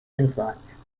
influence